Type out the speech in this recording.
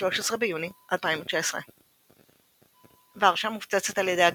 13 ביוני 2019 ורשה מופצצת על ידי הגרמנים,